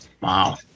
Wow